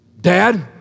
Dad